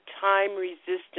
time-resistant